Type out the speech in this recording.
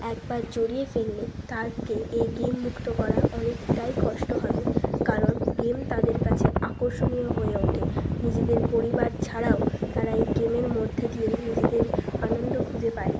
একবার জড়িয়ে ফেললে তাকে এই গেম মুক্ত করা অনেকটাই কষ্ট হবে কারণ গেম তাদের কাছে আকর্ষণীয় হয়ে ওঠে নিজেদের পরিবার ছাড়াও তারা এই গেমের মধ্যে দিয়ে নিজেদের আনন্দ খুঁজে পায়